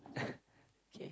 okay